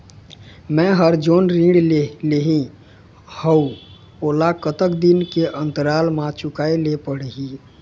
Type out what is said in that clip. मैं हर जोन ऋण लेहे हाओ ओला कतका दिन के अंतराल मा चुकाए ले पड़ते?